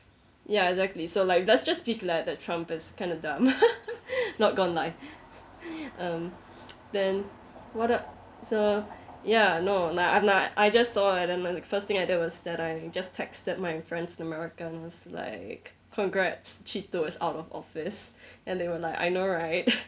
ya exactly so like that's just fit like the trumpers kinda dumb not gone like then what ah so ya no nah I'm not I just saw and then the first thing I did was like I just texted my friends the americans like congrats cheatos is out of office and they were like I know right